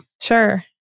Sure